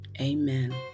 amen